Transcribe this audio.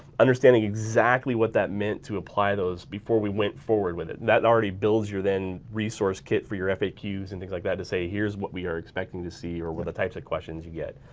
understanding exactly what that meant to apply those before we went forward with it and that already builds your then resource kit for your faqs and things like that to say here's what we are expecting to see or what the types of questions you get.